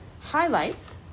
highlights